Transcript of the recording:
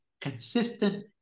consistent